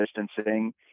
distancing